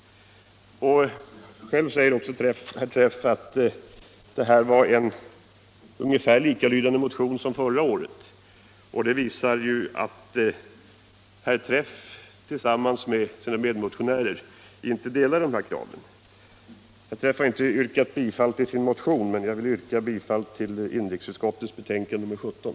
Herr Träff sade också själv att årets motion var ungefär likalydande med en motion förra året. Det visar att herr Träff och hans medmotionärer inte delar denna riksdagens uppfattning. Herr Träff har inte yrkat bifall till sin motion, men jag vill yrka bifall till inrikesutskottets hemställan i betänkandet nr 17.